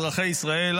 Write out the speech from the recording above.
אזרחי ישראל,